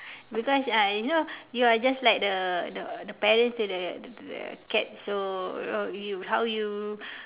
because uh you know you are just like the the parents to the the the cat so you how you